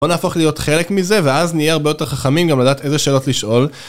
בוא נהפוך להיות חלק מזה ואז נהיה הרבה יותר חכמים גם לדעת איזה שאלות לשאול